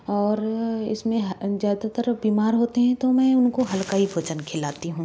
और इसमें ज़्यादातर बीमार होते हैं तो मैं उनको हल्का ही भोजन खिलाती हूँ